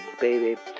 baby